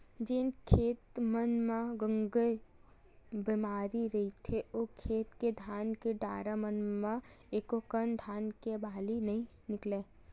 जेन खेत मन म गंगई बेमारी रहिथे ओ खेत के धान के डारा मन म एकोकनक धान के बाली नइ निकलय